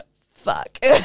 fuck